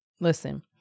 Listen